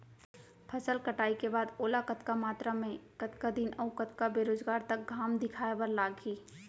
फसल कटाई के बाद ओला कतका मात्रा मे, कतका दिन अऊ कतका बेरोजगार तक घाम दिखाए बर लागही?